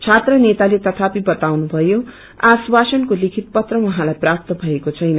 छत्र नेताले तथापि बताउनुभयो आश्वासनको लिखित पत्र उहाँलाई प्राप्त भएको छैन